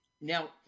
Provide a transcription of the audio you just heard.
Now